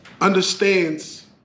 understands